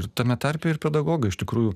ir tame tarpe ir pedagogai iš tikrųjų